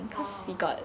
orh